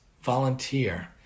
volunteer